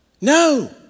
No